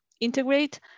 integrate